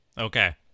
Okay